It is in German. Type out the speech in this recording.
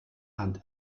hand